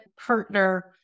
partner